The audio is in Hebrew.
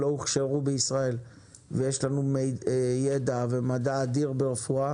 הוכשרו בישראל ויש לנו ידע ומדע אדיר ברפואה,